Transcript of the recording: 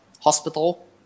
hospital